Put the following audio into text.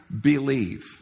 believe